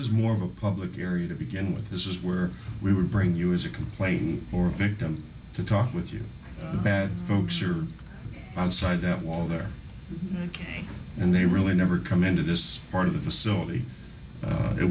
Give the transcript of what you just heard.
is more of a public area to begin with this is where we would bring you as a complaint or a victim to talk with you bad folks you're outside that wall there ok and they really never come into this part of the facility